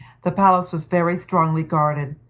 the palace was very strongly guarded,